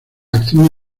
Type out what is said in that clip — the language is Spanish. acción